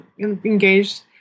engaged